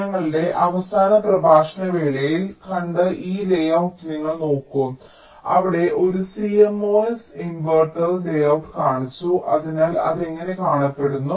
ഞങ്ങളുടെ അവസാന പ്രഭാഷണ വേളയിൽ ഞങ്ങൾ കണ്ട ഈ ലേഔട്ട് നിങ്ങൾ നോക്കൂ അവിടെ ഞങ്ങൾ ഒരു CMOS ഇൻവെർട്ടറിന്റെ ലേഔട്ട് കാണിച്ചു അതിനാൽ അത് എങ്ങനെ കാണപ്പെടുന്നു